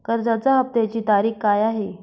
कर्जाचा हफ्त्याची तारीख काय आहे?